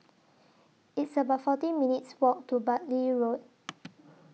It's about forty minutes' Walk to Bartley Road